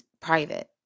private